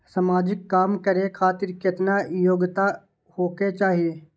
समाजिक काम करें खातिर केतना योग्यता होके चाही?